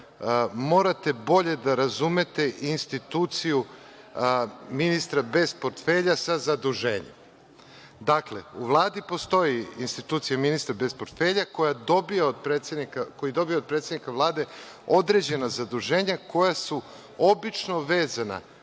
morate bolje da razumete instituciju ministra bez portfelja sa zaduženjem. Dakle, u Vladi postoji institucija ministra bez portfelja koji dobija od predsednika Vlade određena zaduženja koja su obično vezana